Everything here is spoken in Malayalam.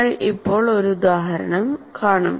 നമ്മൾ ഇപ്പോൾ ഒരു ഉദാഹരണം കാണും